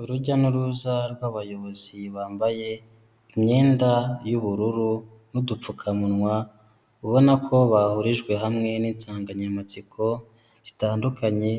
Urujya n'uruza rw'abayobozi bambaye imyenda y'ubururu n'udupfukamunwa, ubona ko bahurijwe hamwe n'insanganyamatsiko zitandukanye,